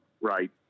right